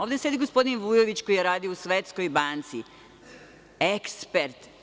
Ovde sedi gospodin Vujović koji je radio u Svetskoj banci, ekspert.